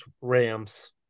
rams